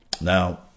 Now